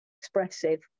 expressive